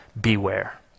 beware